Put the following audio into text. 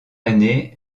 année